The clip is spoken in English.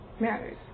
matters